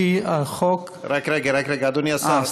על-פי החוק, רק רגע, אדוני השר.